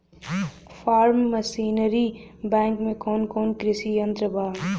Form machinery bank में कौन कौन कृषि यंत्र बा?